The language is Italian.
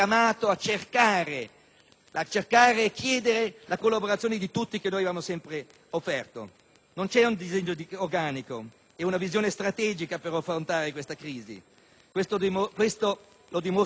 cercare e a chiedere la collaborazione di tutti, che noi abbiamo sempre offerto. Non c'è un disegno organico e una visione strategica per affrontare questa crisi: lo dimostra ulteriormente il